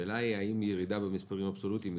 השאלה היא האם ירידה במספרים אבסולוטיים היא